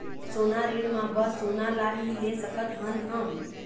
सोना ऋण मा बस सोना ला ही ले सकत हन हम?